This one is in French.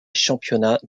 championnats